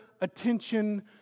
attention